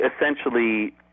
essentially